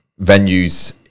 venues